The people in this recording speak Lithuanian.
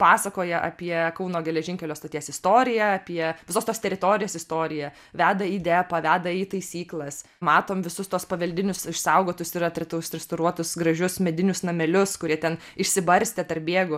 pasakoja apie kauno geležinkelio stoties istoriją apie visos tos teritorijos istoriją veda į depą veda į taisyklas matom visus tuos paveldinius išsaugotus ir atret restauruotus gražius medinius namelius kurie ten išsibarstę tarp bėglių